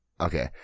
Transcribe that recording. Okay